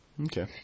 Okay